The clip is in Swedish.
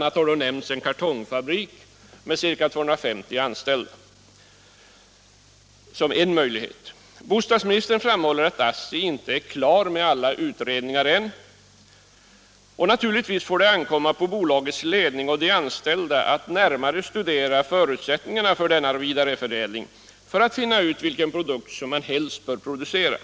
a. har nämnts en kartongfabrik med ca 250 anställda som en möjlighet. Bostadsministern framhåller att ASSI inte är klart med alla utredningar än. Naturligtvis får det ankomma på bolagets ledning och de anställda att närmare studera förutsättningarna för denna vidareförädling för att finna ut vilken produkt man helst bör producera.